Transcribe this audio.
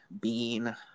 Bean